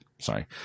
sorry